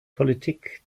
politik